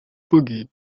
pagi